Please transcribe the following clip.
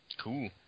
Cool